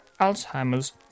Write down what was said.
Alzheimer's